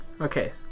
Okay